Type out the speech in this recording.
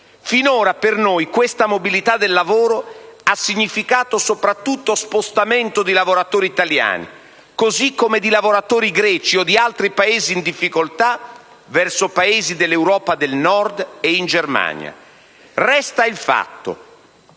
Finora per noi questa mobilità del lavoro ha significato soprattutto spostamento di lavoratori italiani, così come di lavoratori greci o di altri Paesi in difficoltà verso Paesi dell'Europa del Nord e in Germania. Resta il fatto